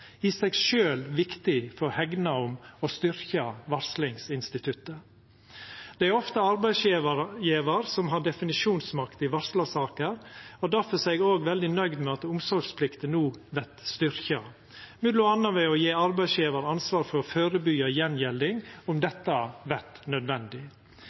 i seg sjølv viktig for å hegna om og styrkja varslingsinstituttet. Det er ofte arbeidsgjevar som har definisjonsmakta i varslarsaker. Difor er eg òg veldig nøgd med at omsorgsplikta no vert styrkt, m.a. ved å gje arbeidsgjevar ansvaret for å førebyggja gjengjelding, om dette vert nødvendig.